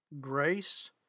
grace